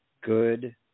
good